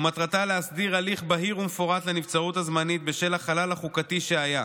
ומטרתה להסדיר הליך בהיר ומפורט לנבצרות הזמנית בשל החלל החוקתי שהיה.